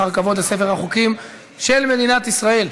אחר כבוד לספר החוקים של מדינת ישראל.